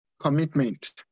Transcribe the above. commitment